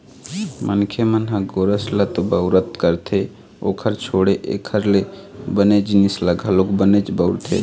मनखे मन ह गोरस ल तो बउरबे करथे ओखर छोड़े एखर ले बने जिनिस ल घलोक बनेच बउरथे